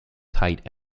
tight